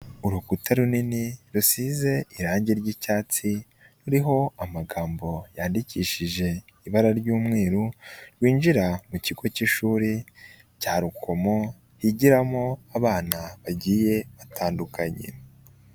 Urukuta runini rusize irangi ry'icyatsi, ruriho amagambo yandikishije ibara ryumweru, rwinjira mu kigo cy'ishuri cya Rukomo higiramo abana bagiye batandukanye.